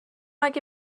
اگه